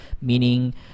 meaning